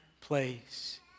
place